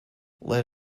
let